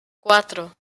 cuatro